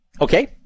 Okay